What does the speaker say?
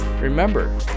Remember